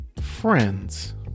Friends